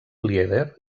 lieder